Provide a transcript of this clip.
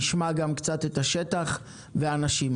נשמע קצת את השטח ואנשים.